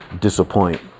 disappoint